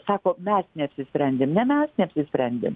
sako mes neapsisprendėm ne mes neišsprendėm